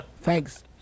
thanks